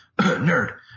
Nerd